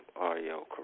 audio